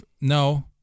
No